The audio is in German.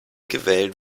gewählt